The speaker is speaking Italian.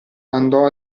andò